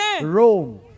Rome